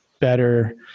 better